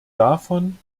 davon